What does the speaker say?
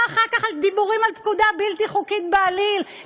מה אחר כך הדיבורים על פקודה בלתי חוקית בעליל,